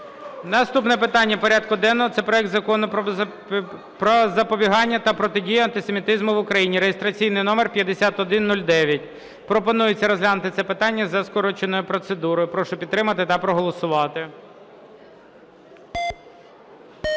Наступне питання порядку денного – це проект Закону про запобігання та протидію антисемітизму в Україні (реєстраційний номер 5109). Пропонується розглянути це питання за скороченою процедурою. Прошу підтримати та проголосувати.